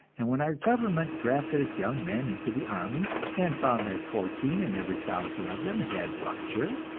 and when our government drafted its young men into the army and found that fourteen in every thousand of them had rupture,